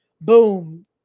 boom